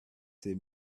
send